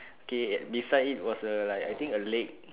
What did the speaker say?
okay beside it was a I think a lake